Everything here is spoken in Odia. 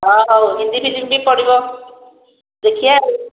ହଁ ହେଉ ହିନ୍ଦୀ ଫିଲ୍ମ ବି ପଡ଼ିବ ଦେଖିବା ଆଉ